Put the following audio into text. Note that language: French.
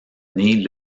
née